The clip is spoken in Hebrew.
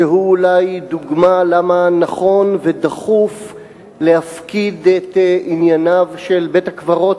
שהוא אולי דוגמה למה נכון ודחוף להפקיד את ענייניו של בית-הקברות